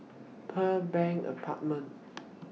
Pearl Bank Apartment